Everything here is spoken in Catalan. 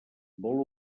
vol